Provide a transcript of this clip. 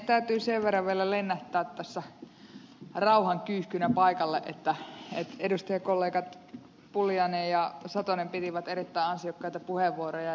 täytyy sen verran vielä lennähtää tässä rauhankyyhkynä paikalle kun edustajakollegat pulliainen ja satonen pitivät erittäin ansiokkaita puheenvuoroja